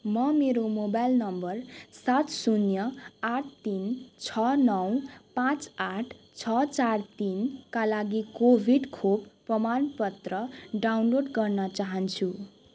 म मेरो मोबाइल नम्बर सात शून्य आठ तिन छ नौ पाँच आठ छ चार तिनका लागि कोभिड खोप प्रमाण पत्र डाउनलोड गर्न चाहन्छु